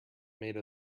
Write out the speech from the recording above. made